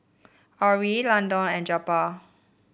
Orrie Landon and Jeptha